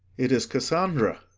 it is cassandra.